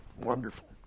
wonderful